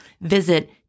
Visit